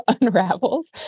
unravels